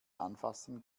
anfassen